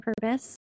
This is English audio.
purpose